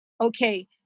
Okay